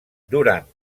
durant